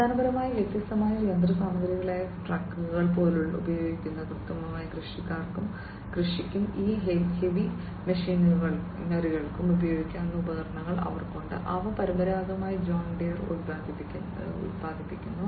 അടിസ്ഥാനപരമായി വ്യത്യസ്തമായ യന്ത്രസാമഗ്രികളായ ട്രാക്ടറുകൾ പോലെ ഉപയോഗിക്കാവുന്ന കൃത്യമായ കൃഷിക്കും ഈ ഹെവി മെഷിനറികൾക്കും ഉപയോഗിക്കാവുന്ന ഉപകരണങ്ങൾ അവർക്കുണ്ട് അവ പരമ്പരാഗതമായി ജോൺ ഡിയർ ഉത്പാദിപ്പിക്കുന്നു